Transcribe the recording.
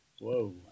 Whoa